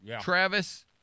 Travis